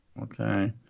Okay